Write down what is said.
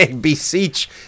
Beseech